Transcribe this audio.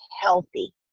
healthy